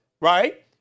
Right